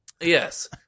Yes